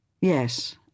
Yes